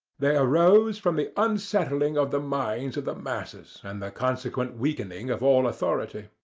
they arose from the unsettling of the minds of the masses, and the consequent weakening of all authority.